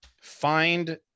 find